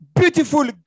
beautiful